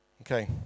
Okay